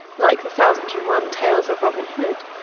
like the thousand-and one tales of robin hood.